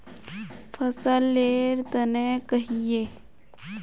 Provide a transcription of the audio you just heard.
फसल लेर तने कहिए?